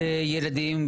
בילדים,